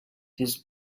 his